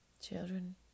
children